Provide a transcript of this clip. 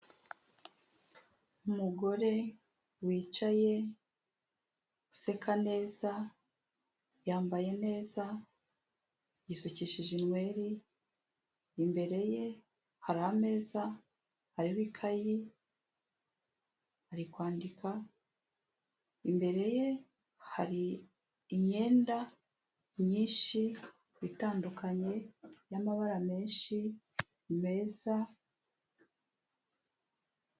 Umugore wicaye useka neza yambaye neza yisukishije inweri imbere ye hari ameza hari ikayi ari kwandika imbere ye hari imyenda myinshi itandukanye yamabara menshi meza.